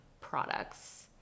products